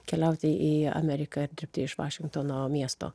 keliauti į ameriką ir dirbti iš vašingtono miesto